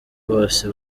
bose